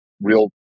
real